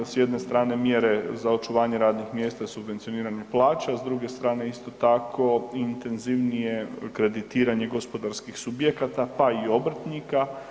S jedne strane mjere za očuvanje radnih mjesta i subvencioniranje plaća, a s druge strane isto tako intenzivnije kreditiranje gospodarskih subjekata, pa i obrtnika.